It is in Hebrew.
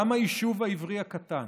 גם היישוב העברי הקטן,